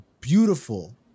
beautiful